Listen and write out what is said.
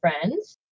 friends